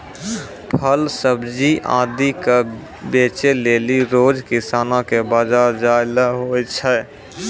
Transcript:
फल सब्जी आदि क बेचै लेलि रोज किसानो कॅ बाजार जाय ल होय छै